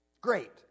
Great